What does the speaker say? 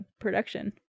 production